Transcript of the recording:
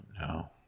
no